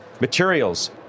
materials